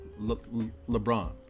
LeBron